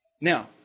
Now